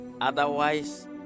otherwise